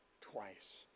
twice